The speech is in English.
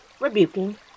rebuking